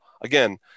again